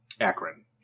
Akron